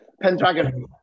Pendragon